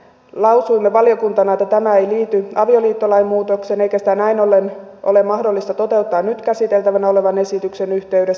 lausuimme valiokuntana että tämä ei liity avioliittolain muutokseen eikä sitä näin ollen ole mahdollista toteuttaa nyt käsiteltävänä olevan esityksen yhteydessä